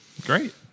Great